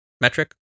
metric